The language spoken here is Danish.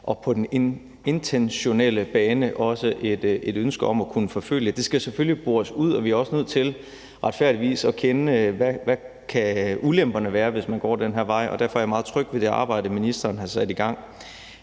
og på den intentionelle bane også et ønske om at kunne forfølge. Det skal selvfølgelig bores ud, og vi også nødt til retfærdigvis at kende, hvad ulemperne kan være, hvis man går den her vej, og derfor er jeg meget tryg ved det her arbejde, som ministeren har sat i gang.